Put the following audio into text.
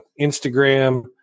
Instagram